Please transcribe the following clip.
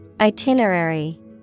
Itinerary